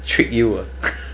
trick you ah